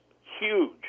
huge